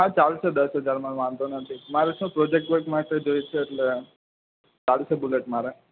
હા ચાલશે દસ હજારમાં વાંધો નથી મારું શું પ્રોજેક્ટ વર્ક માટે જોઈશે એટલે ચાલશે બુલેટ મારે